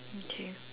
okay